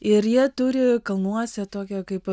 ir jie turi kalnuose tokią kaip